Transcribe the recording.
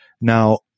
Now